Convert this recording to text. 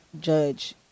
judge